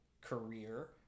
career